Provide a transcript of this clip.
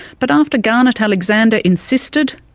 but after garnet alexander insisted,